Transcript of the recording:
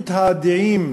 אחידות דעים,